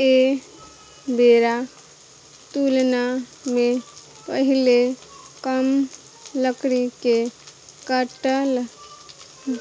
ऐ बेरा तुलना मे पहीले कम लकड़ी के काटल